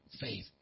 faith